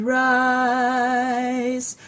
rise